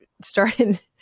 started